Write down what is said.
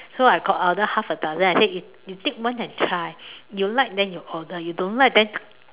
so I got order half a dozen I say if you take one and try you like then you order you don't like then